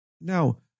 Now